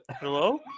Hello